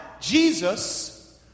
Jesus